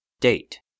Date